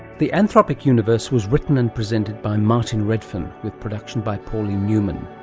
the anthropic universe was written and presented by martin redfern with production by pauline newman.